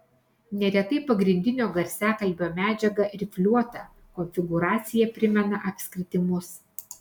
neretai pagrindinio garsiakalbio medžiaga rifliuota konfigūracija primena apskritimus